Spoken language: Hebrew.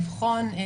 לבחון,